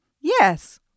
Yes